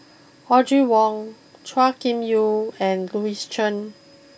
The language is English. Audrey Wong Chua Kim Yeow and Louis Chen